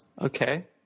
Okay